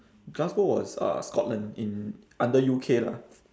glasgow was uh scotland in under U_K lah